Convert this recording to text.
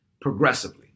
progressively